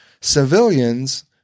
Civilians